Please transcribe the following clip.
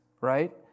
right